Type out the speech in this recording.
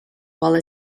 while